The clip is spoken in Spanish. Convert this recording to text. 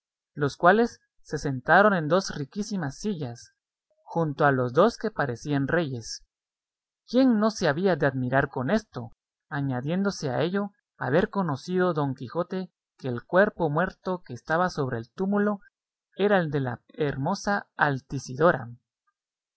los cuales se sentaron en dos riquísimas sillas junto a los dos que parecían reyes quién no se había de admirar con esto añadiéndose a ello haber conocido don quijote que el cuerpo muerto que estaba sobre el túmulo era el de la hermosa altisidora